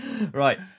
Right